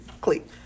click